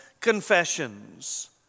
confessions